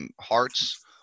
hearts